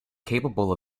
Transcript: capable